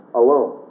alone